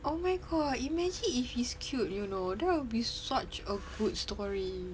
oh my god imagine if he's cute you know that will be such a good story